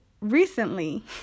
recently